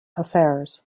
affairs